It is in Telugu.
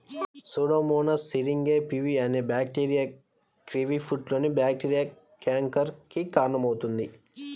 Pseudomonas syringae P V bacteria కివీఫ్రూట్లోని బ్యాక్టీరియా క్యాంకర్ కి కారణమవుతుంది